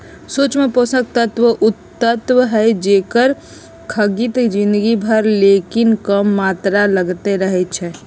सूक्ष्म पोषक तत्व उ तत्व हइ जेकर खग्गित जिनगी भर लेकिन कम मात्र में लगइत रहै छइ